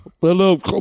Hello